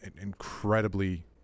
incredibly